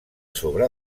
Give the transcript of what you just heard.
sobre